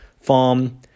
farm